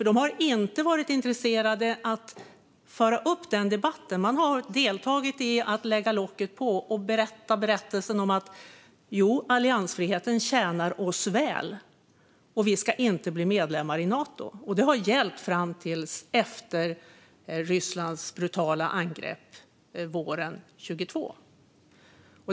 De har inte varit intresserade av att föra den debatten. De har deltagit i att lägga locket på och berätta berättelsen om att alliansfriheten tjänar oss väl och att vi inte ska bli medlemmar i Nato. Det har gällt fram till efter Rysslands brutala angrepp våren 2022.